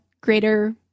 greater